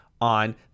on